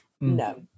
no